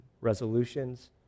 resolutions